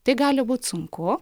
tai gali būt sunku